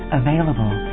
available